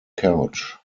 couch